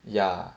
ya